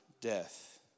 death